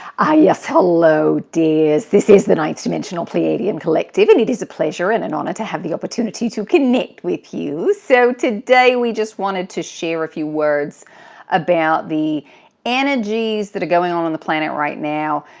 ah yes, hello, dears. this is the ninth dimensional pleiadian collective, and it is a pleasure and an and honor to have the opportunity to connect with you. so today we just wanted to share a few words about the energies that are going on on the planet right now,